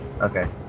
Okay